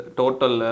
total